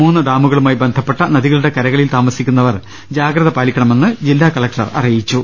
മൂന്നു് ഡാമുകളുമായി ബന്ധപ്പെട്ട നദികളുടെ കരകളിൽ താമസിക്കുന്നവർ ജാഗ്രത് പാലിക്കണമെന്ന് ജില്ലാ കളക്ടർ അറിയിച്ചു